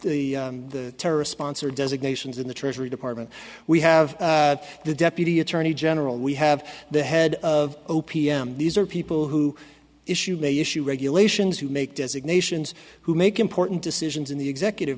the the terrorist sponsor designations in the treasury department we have the deputy attorney general we have the head of o p m these are people who issue may issue regulations who make designations who make important decisions in the executive